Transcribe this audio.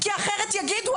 כי אחרת יגידו,